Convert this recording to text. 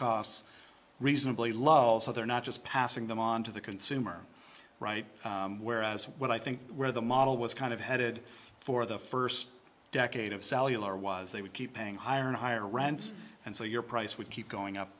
costs reasonably low also they're not just passing them on to the consumer right whereas what i think where the model was kind of headed for the first decade of sal you are was they would keep paying higher and higher rents and so your price would keep going up